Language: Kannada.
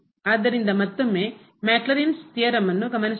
ಆದ್ದರಿಂದ ಮತ್ತೊಮ್ಮೆ ಮ್ಯಾಕ್ಲೌರಿನ್ಸ್ ಥಿಯರಂ ಪ್ರಮೇಯ ಅನ್ನು ಗಮನಿಸುತ್ತೇವೆ